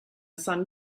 sun